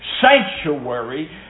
sanctuary